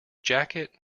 jacket